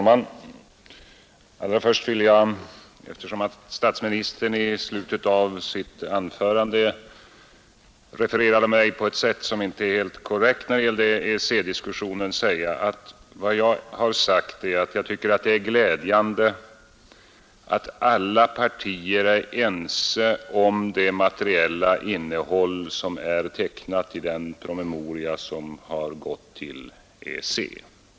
Herr talman! Eftersom statsministern i slutet av sitt anförande refererade vad jag sagt i EEC-diskussionen på ett sätt som inte var helt korrekt vill jag börja med att rätta till det. Vad jag har sagt är att jag tvcker det är glädjande att alla partier är överens om det materiella innehåll som är tecknat i den promemoria som har gått till EEC.